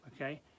okay